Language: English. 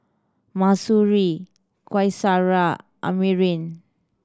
Mahsuri Qaisara Amrin